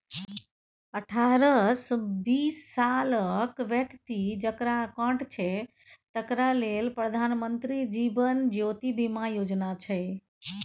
अठारहसँ बीस सालक बेकती जकरा अकाउंट छै तकरा लेल प्रधानमंत्री जीबन ज्योती बीमा योजना छै